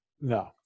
No